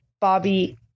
Bobby